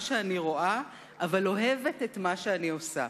שאני רואה אבל אוהבת את מה שאני עושה.